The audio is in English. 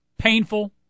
painful